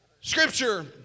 Scripture